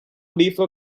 lethal